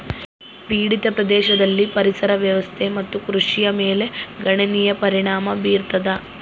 ಪೀಡಿತ ಪ್ರದೇಶದಲ್ಲಿ ಪರಿಸರ ವ್ಯವಸ್ಥೆ ಮತ್ತು ಕೃಷಿಯ ಮೇಲೆ ಗಣನೀಯ ಪರಿಣಾಮ ಬೀರತದ